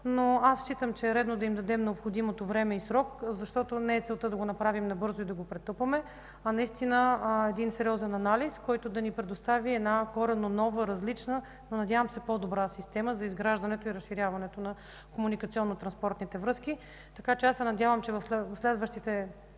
Аз считам, че е редно да им дадем необходимото време и срок, защото целта не е да го направим набързо и да го претупаме, а наистина да направим един сериозен анализ, който да ни представи една коренно нова, различна и, надявам се, по-добра система за изграждането и разширяването на комуникационно-транспортните връзки. Аз се надявам, че в следващите